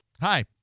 Hi